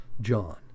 John